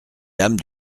dames